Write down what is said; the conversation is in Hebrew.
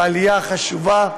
ועלייה חשובה,